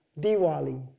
Diwali